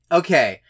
okay